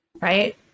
right